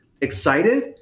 excited